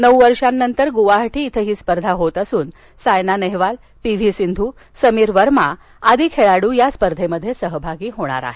नऊ वर्षानंतर गृवाहाटी इथं ही स्पर्धा होत असून साईना नेहवाल पी व्ही सिंधू समीर वर्मा आदी खेळाडू या स्पर्धेत सहभागी होणार आहेत